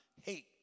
hate